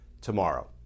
tomorrow